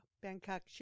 Bangkok